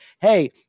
hey